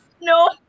no